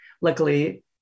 luckily